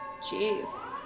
Jeez